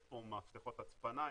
יש פה מפתחות הצפנה,